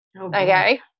Okay